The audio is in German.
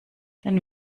dann